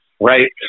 right